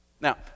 Now